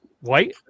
white